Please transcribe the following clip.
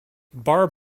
bar